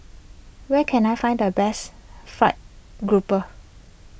where can I find the best Fried Grouper